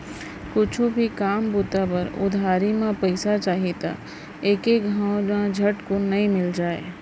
कुछु भी काम बूता बर उधारी म पइसा चाही त एके घइत म झटकुन नइ मिल जाय